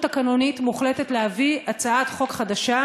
תקנונית מוחלטת להביא הצעת חוק חדשה,